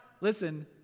listen